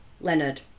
Leonard